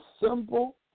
simple